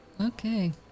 Okay